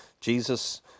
Jesus